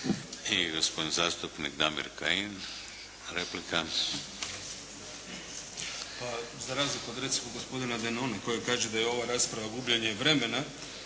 I gospodin zastupnik Damir Kajin replika. **Kajin, Damir (IDS)** Pa razliku od recimo gospodina Denone koji kaže da je ova rasprava gubljenje vremena